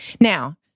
now